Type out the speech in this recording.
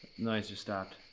noise just stopped.